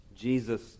Jesus